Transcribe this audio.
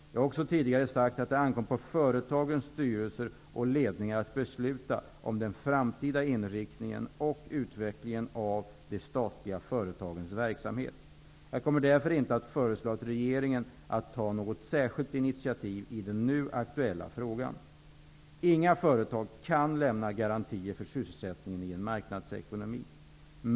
Jag har också tidigare sagt att det ankommer på företagens styrelser och ledningar att besluta om den framtida inriktningen och utvecklingen av de statliga företagens verksamhet. Jag kommer därför inte att föreslå regeringen att ta något särskilt initiativ i den nu aktuella frågan. Inga företag kan lämna garantier för sysselsättningen i en marknadsekonomi.